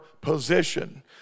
position